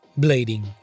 blading